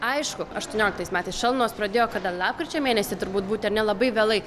aišku aštuonioliktais metais šalnos pradėjo kada lapkričio mėnesį turbūt būti ar ne labai vėlai